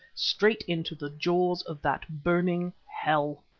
straight into the jaws of that burning hell.